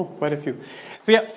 quite a few. so yeah,